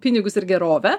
pinigus ir gerovę